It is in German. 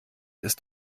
ist